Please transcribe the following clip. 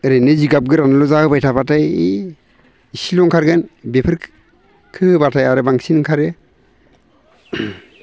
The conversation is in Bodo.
ओरैनो जिगाब गोरानगोजा होबाय थाब्लाथाय इसेल' ओंखारगोन बेफोरखो होब्लाथाय आरो बांसिन ओंखारो